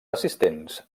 assistents